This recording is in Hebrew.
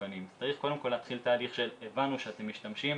צריך קודם כל להתחיל תהליך של: הבנו שאתם משתמשים,